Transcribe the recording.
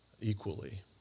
equally